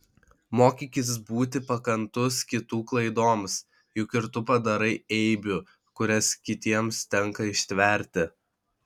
mokykis būti pakantus kitų klaidoms juk ir tu padarai eibių kurias kitiems tenka ištverti